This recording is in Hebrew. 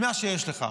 ממה שיש לך.